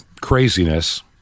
craziness